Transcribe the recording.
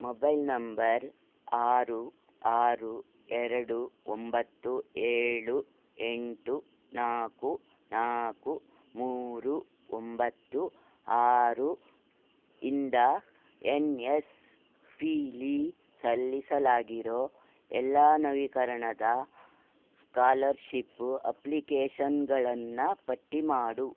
mobile number ಆರು ಆರು ಎರಡು ಒಂಬತ್ತು ಏಳು ಎಂಟು ನಾಲ್ಕು ನಾಲ್ಕು ಮೂರು ಒಂಬತ್ತು ಆರು ಇಂದ ಎನ್ ಯಸ್ ಪೀಲ್ಲಿ ಸಲ್ಲಿಸಲಾಗಿರೋ ಎಲ್ಲ ನವೀಕರಣದ ಸ್ಕಾಲರ್ಶಿಪ್ಪು ಅಪ್ಲಿಕೇಶನ್ಗಳನ್ನು ಪಟ್ಟಿಮಾಡು